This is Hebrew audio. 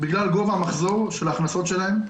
בגלל גובה המחזור של ההכנסות שלהם.